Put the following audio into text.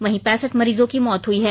वहीं पैंसठ मरीजों की मौत हई है